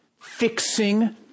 fixing